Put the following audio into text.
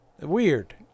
weird